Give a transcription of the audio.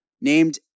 named